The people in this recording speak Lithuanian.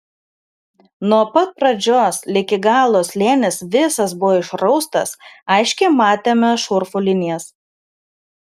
nuo pat pradžios ligi galo slėnis visas buvo išraustas aiškiai matėme šurfų linijas